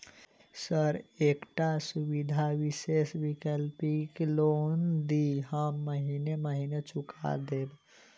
Sir एकटा सुविधा विशेष वैकल्पिक लोन दिऽ हम महीने महीने चुका देब?